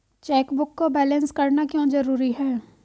Chequebook को balance करना क्यों जरूरी है?